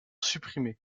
supprimés